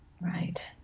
Right